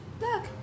look